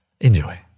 Enjoy